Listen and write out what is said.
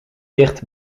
dicht